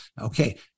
okay